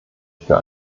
für